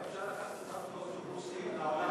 אולי אפשר לקחת אותנו באוטובוסים לעולם